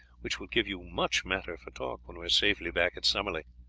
which will give you much matter for talk when we are safely back at summerley.